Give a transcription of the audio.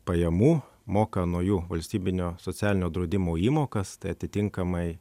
pajamų moka nuo jų valstybinio socialinio draudimo įmokas tai atitinkamai